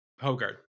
Hogard